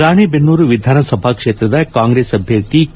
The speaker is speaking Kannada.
ರಾಣೆಬೆನ್ನೂರು ವಿಧಾನಸಭಾ ಕ್ಷೇತ್ರದ ಕಾಂಗ್ರೆಸ್ ಅಭ್ಯರ್ಥಿ ಕೆ